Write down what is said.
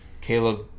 Caleb